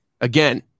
Again